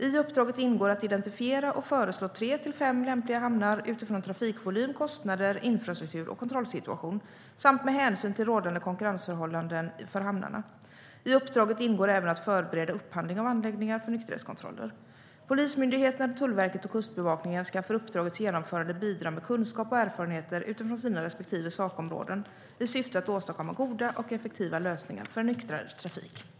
I uppdraget ingår att identifiera och föreslå tre till fem lämpliga hamnar utifrån trafikvolym, kostnader, infrastruktur och kontrollsituation, samt med hänsyn till rådande konkurrensförhållanden för hamnarna. I uppdraget ingår även att förbereda upphandling av anläggningar för nykterhetskontroller Polismyndigheten, Tullverket och Kustbevakningen ska för uppdragets genomförande bidra med kunskap och erfarenheter utifrån sina respektive sakområden, i syfte att åstadkomma goda och effektiva lösningar för en nyktrare trafik.